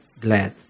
glad